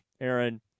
Aaron